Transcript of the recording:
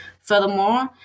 Furthermore